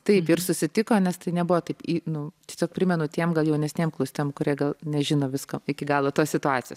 taip ir susitiko nes tai nebuvo taip nu tiesiog primenu tiem jaunesniem klausytojam kurie gal nežino visko iki galo tos situacijos